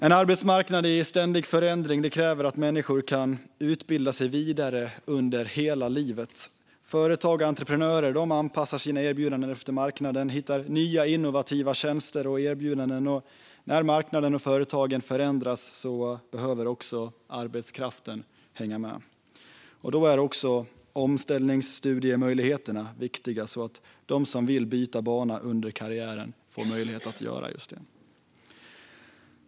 En arbetsmarknad i ständig förändring kräver att människor kan utbilda sig vidare under hela livet. Företag och entreprenörer anpassar sina erbjudanden efter marknaden och hittar på nya innovativa tjänster och erbjudanden. När marknaden och företagen förändras behöver också arbetskraften hänga med. Då är omställningsstudiemöjligheterna viktiga så att de som vill byta bana under karriären får möjlighet att göra det.